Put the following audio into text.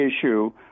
issue